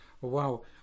Wow